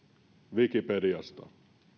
wikipediasta